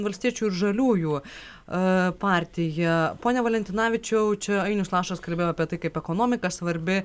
valstiečių ir žaliųjų a partija pone valentinavičiau čia ainius lašas kalbėjo apie tai kaip ekonomika svarbi